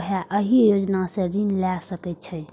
उहो एहि योजना सं ऋण लए सकै छै